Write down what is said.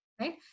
right